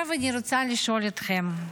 עכשיו אני רוצה לשאול אתכם,